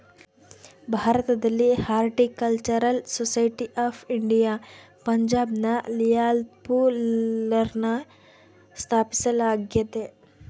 ಭಾರತದಲ್ಲಿ horticultural society of India ಪಂಜಾಬ್ನ ಲಿಯಾಲ್ಪುರ್ನಲ್ಲ ಸ್ಥಾಪಿಸಲಾಗ್ಯತೆ